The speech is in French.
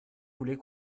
voulait